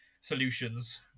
solutions